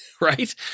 right